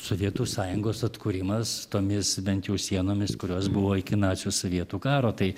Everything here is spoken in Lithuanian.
sovietų sąjungos atkūrimas tomis bent jau sienomis kurios buvo iki nacių sovietų karo tai